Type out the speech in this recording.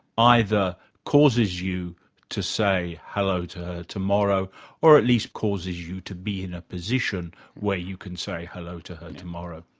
either causes you to say hello to her tomorrow or at least causes you to be in a position where you can say hello to her tomorrow.